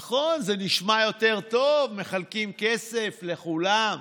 נכון, זה נשמע טוב יותר, מחלקים כסף לכולם.